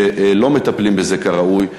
שלא מטפלים בזה כראוי.